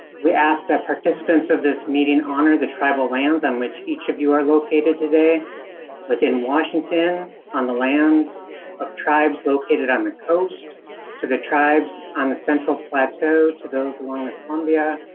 we ask that participants of this meeting honor the tribal lands on which each of you are located today within washington on the lands of tribes located on the coast to the tribes on the central plateau. to those along the columbia,